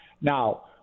Now